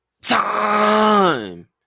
time